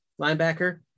linebacker